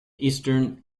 eastern